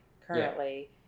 currently